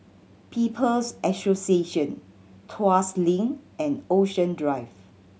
People's Association Tuas Link and Ocean Drive